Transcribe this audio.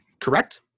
correct